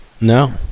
No